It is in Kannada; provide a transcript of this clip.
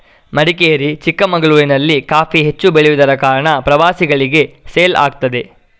ಮಡಿಕೇರಿ, ಚಿಕ್ಕಮಗಳೂರಿನಲ್ಲಿ ಕಾಫಿ ಹೆಚ್ಚು ಬೆಳೆಯುದರ ಕಾರಣ ಪ್ರವಾಸಿಗಳಿಗೆ ಸೇಲ್ ಆಗ್ತದೆ